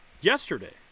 yesterday